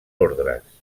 ordres